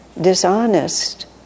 dishonest